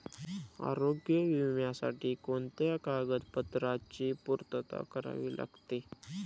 आरोग्य विम्यासाठी कोणत्या कागदपत्रांची पूर्तता करावी लागते?